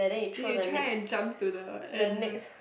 then you try and jump to the address